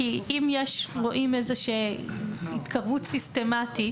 אם רואים איזושהי התקרבות סיסטמתית,